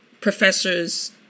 professors